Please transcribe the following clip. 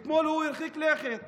אתמול הוא הרחיק לכת